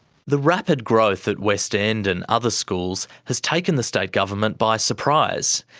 the rapid growth at west end and other schools has taken the state government by surprise.